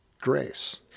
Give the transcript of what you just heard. grace